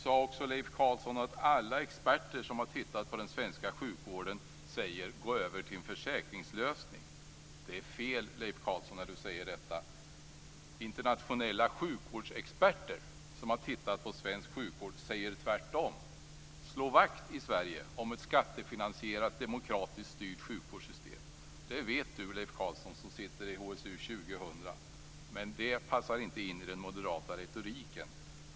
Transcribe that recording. Leif Carlson sade också att alla experter som har tittat på den svenska sjukvården säger: Gå över till en försäkringslösning. Det är fel, Leif Carlson, att säga detta. Internationella sjukvårdsexperter som har tittat på svensk sjukvård säger tvärtom: Slå vakt om ett skattefinansierat demokratiskt styrt sjukvårdssystem i Sverige. Det vet Leif Carlson som sitter i HSU 2000, men det passar inte in i den moderata retoriken.